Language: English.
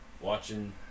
watching